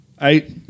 Eight